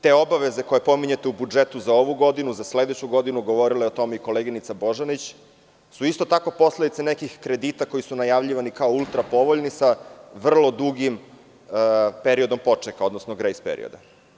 Te obaveze koje pominjete u budžetu za ovu godinu, za sledeću godinu, govorila je o tome i koleginica Božanić, isto su tako posledica nekih kredita koji su najavljivani kao ultra povoljni sa vrlo dugim grejs periodom.